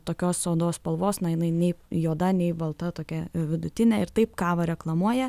tokios odos spalvos na jinai nei juoda nei balta tokia vidutinė taip kavą reklamuoja